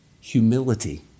humility